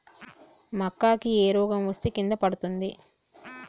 మక్కా కి ఏ రోగం వస్తే కింద పడుతుంది?